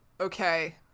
Okay